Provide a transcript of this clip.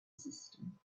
system